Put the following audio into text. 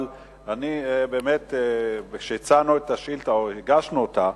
אבל כשהצענו את השאילתא או הגשנו אותה,